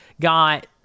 got